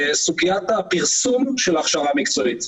סוגיית הפרסום של ההכשרה המקצועית.